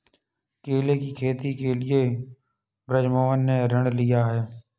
केले की खेती के लिए बृजमोहन ने ऋण लिया है